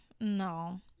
No